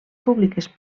públiques